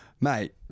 Mate